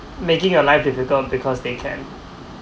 making your life difficult because they can